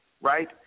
right